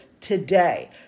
today